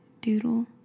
doodle